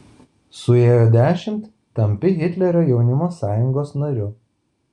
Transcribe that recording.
suėjo dešimt tampi hitlerio jaunimo sąjungos nariu